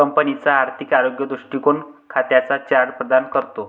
कंपनीचा आर्थिक आरोग्य दृष्टीकोन खात्यांचा चार्ट प्रदान करतो